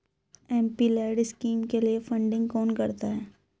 MPLAD scheme के लिए funding कौन करता है?